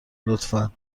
لطفا